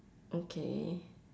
okay